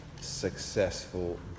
successful